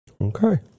Okay